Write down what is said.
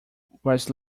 was